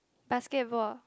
basketball